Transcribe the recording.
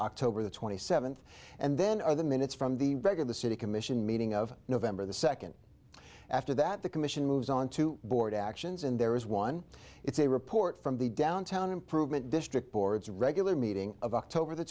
october the twenty seventh and then are the minutes from the reg of the city commission meeting of november the second after that the commission moves on to board actions and there is one it's a report from the downtown improvement district board's regular meeting of october the